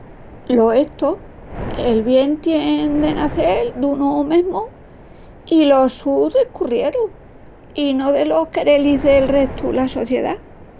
Lo es tó, el bien tien de nacel d'unu mesmu i los sus descurrierus i no delos querelis del restu la sociedá.